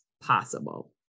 possible